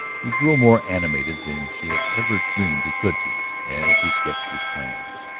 he grew more animated than she had ever dreamed he could be, as he sketched his plans.